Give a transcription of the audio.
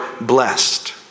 blessed